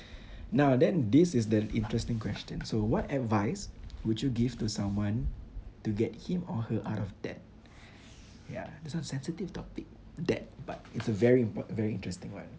now then this is the interesting question so what advice would you give to someone to get him or her out of debt ya this one sensitive topic debt but it's a very import~ very interesting one